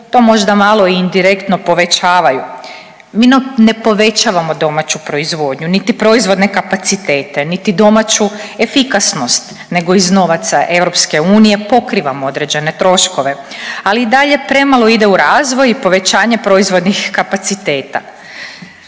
pa možda i indirektno povećavaju. Mi ne povećavamo domaću proizvodnju niti proizvodne kapacitete, niti domaću efikasnost nego iz novaca EU pokrivamo određene troškove, ali i dalje premalo ide u razvoj i povećanje proizvodnih kapaciteta.